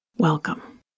Welcome